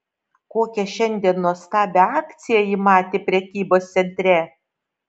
kokią šiandien nuostabią akciją ji matė prekybos centre